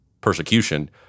persecution